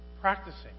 practicing